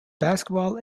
basketball